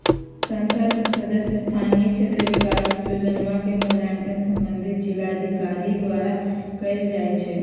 संसद सदस्य स्थानीय क्षेत्र विकास जोजना के मूल्यांकन संबंधित जिलाधिकारी द्वारा कएल जाइ छइ